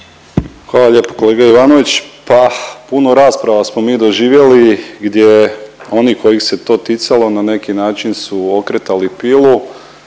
Hvala lijepo kolega Ivanović, pa puno rasprava smo mi doživjeli gdje oni kojih se to ticalo na neki način su okretali pilu